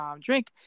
drink